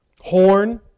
horn